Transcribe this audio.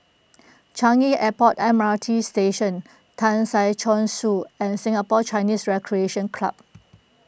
Changi Airport M R T Station Tan Si Chong Su and Singapore Chinese Recreation Club